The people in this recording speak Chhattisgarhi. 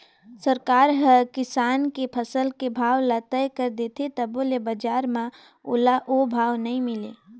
सरकार हर किसान के फसल के भाव तय कर देथे तभो ले बजार म ओला ओ भाव नइ मिले